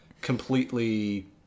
completely